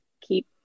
keep